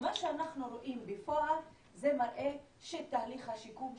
מה שאנחנו רואים בפועל זה מראה שתהליך השיקום,